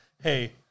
hey